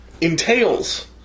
entails